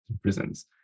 prisons